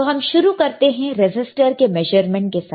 तो हम शुरू करते हैं रेसिस्टर के मेजरमेंट के साथ